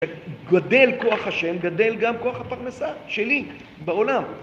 גודל כוח השם, גדל גם כוח הפרנסה שלי בעולם